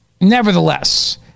nevertheless